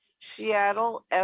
Seattle